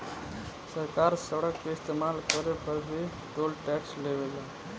सरकार सड़क के इस्तमाल करे पर भी टोल टैक्स लेवे ले